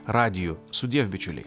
radiju sudie bičiuliai